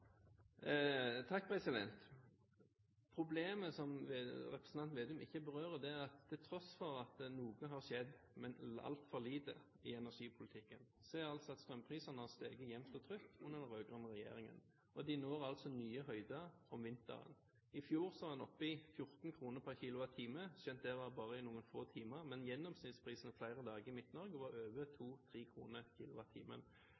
at til tross for at noe har skjedd i energipolitikken – men altfor lite – har vi sett at strømprisene har steget jevnt og trutt under denne regjeringen, og de når altså nye høyder om vinteren. I fjor var en oppe i 14 kr per kWh, skjønt det var bare i noen få timer, men gjennomsnittsprisen over flere dager i Midt-Norge var over